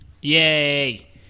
Yay